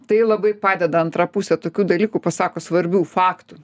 tai labai padeda antra pusė tokių dalykų pasako svarbių faktų